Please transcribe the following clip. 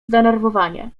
zdenerwowanie